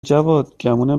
جواد، گمونم